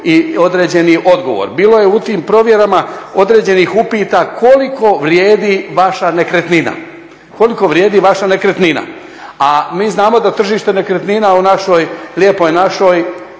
i određeni odgovor. Bilo je u tim provjerama određenih upita koliko vrijedi vaša nekretnina, a mi znamo da tržište nekretnina u našoj Lijepoj našoj